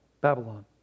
Babylon